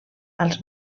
als